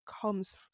comes